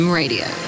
radio